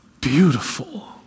beautiful